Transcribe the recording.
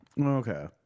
Okay